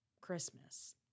Christmas